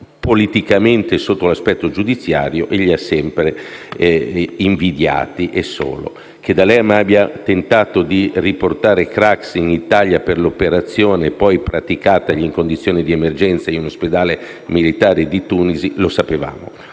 politicamente e sotto l'aspetto giudiziario e li ha solo e sempre invidiati. Che D'Alema abbia tentato di riportare Craxi in Italia per l'operazione poi praticatagli in condizioni di emergenza in un ospedale militare di Tunisi, lo sapevamo.